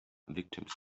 victims